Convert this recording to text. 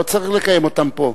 לא צריך לקיים אותם פה.